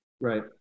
Right